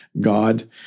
God